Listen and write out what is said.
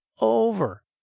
over